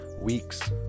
weeks